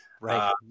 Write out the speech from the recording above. Right